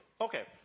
Okay